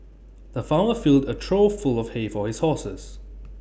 the farmer filled A trough full of hay for his horses